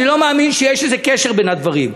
אני לא מאמין שיש איזה קשר בין הדברים.